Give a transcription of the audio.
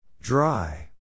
Dry